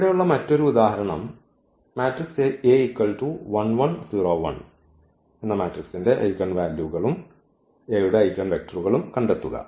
ഇവിടെയുള്ള മറ്റൊരു ഉദാഹരണം യുടെ ഐഗെൻ വാല്യൂകളും A യുടെ ഐഗൺവെക്റ്ററുകളും കണ്ടെത്തുക